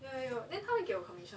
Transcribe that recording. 有有有 then 他会给我 commission